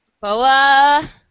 Boa